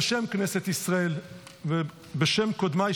בשם כנסת ישראל ובשם קודמיי,